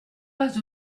pas